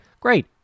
Great